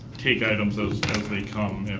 take items as they come,